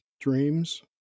dreams